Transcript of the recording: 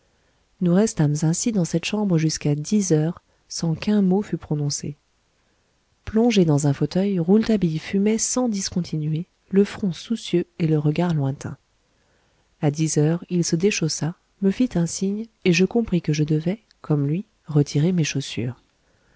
nous restâmes ainsi dans cette chambre jusqu'à dix heures sans qu'un mot fût prononcé plongé dans un fauteuil rouletabille fumait sans discontinuer le front soucieux et le regard lointain à dix heures il se déchaussa me fit un signe et je compris que je devais comme lui retirer mes chaussures